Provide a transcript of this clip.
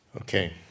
Okay